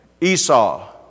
Esau